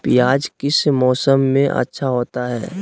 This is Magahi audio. प्याज किस मौसम में अच्छा होता है?